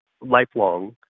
lifelong